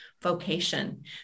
vocation